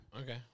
Okay